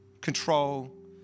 control